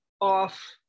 off